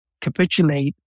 capitulate